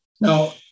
Now